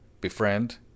befriend